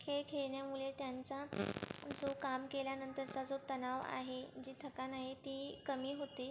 खेळ खेळण्यामुळे त्यांचा जो काम केल्यानंतरचा जो तणाव आहे जी थकान आहे ती कमी होते